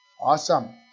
Awesome